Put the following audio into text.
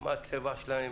מה הצבע שלהם,